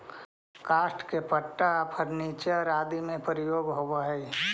काष्ठ के पट्टा फर्नीचर आदि में प्रयोग होवऽ हई